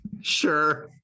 sure